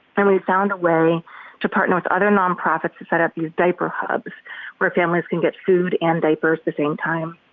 and we've found a way to partner with other nonprofits to set up these diaper hubs where families can get food and diapers at the same time.